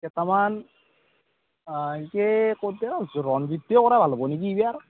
কেইটামান এনেকৈ কৰিদিওঁ ৰঞ্জিতে কৰা ভাল হ'ব নেকি এইবাৰ